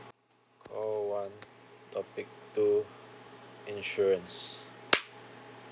call one topic two insurance